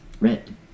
red